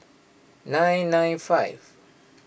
nine nine five